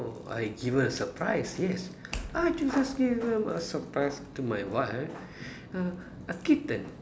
oh I give her a surprise yes I do have give her a surprise to my wife uh a kitten